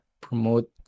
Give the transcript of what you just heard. promote